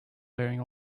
wearing